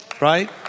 Right